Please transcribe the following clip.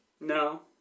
no